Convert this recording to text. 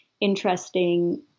interesting